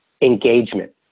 engagement